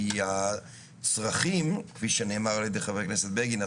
כי הצרכים כפי שנאמר על ידי חבר הכנסת בגין,